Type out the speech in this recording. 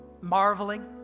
Marveling